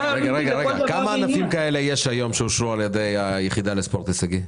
כמה ענפים כאלה יש היום שאושרו על-ידי היחידה לספורט הישגי?